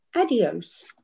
Adios